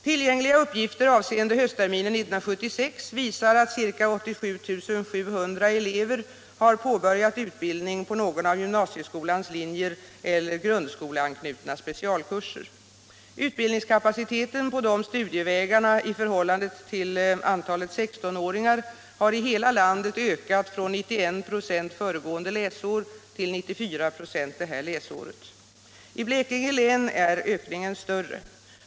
Tillgängliga uppgifter avseende höstterminen 1976 visar att ca 87 700 elever har påbörjat utbildning på någon av gymnasieskolans linjer eller grundskoleanknuta specialkurser. Utbildningskapaciteten på dessa studievägar i förhållande till antalet 16-åringar har i hela landet ökat från 91 8 föregående läsår till 94 96 detta läsår. I Blekinge län är ökningen större.